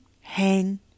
hang